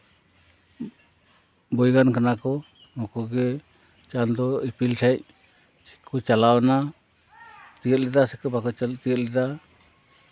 ᱵᱳᱭᱜᱟᱱ ᱠᱟᱱᱟ ᱠᱚ ᱱᱩᱠᱩ ᱜᱮ ᱪᱟᱸᱫᱚ ᱤᱯᱤᱞ ᱴᱷᱮᱡ ᱠᱚ ᱪᱟᱞᱟᱣᱱᱟ ᱛᱤᱭᱟᱹᱜ ᱞᱮᱫᱟ ᱥᱮᱠᱚ ᱵᱟᱠᱚ ᱛᱤᱭᱟᱹᱜ ᱞᱮᱫᱟ